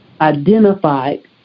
identified